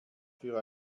für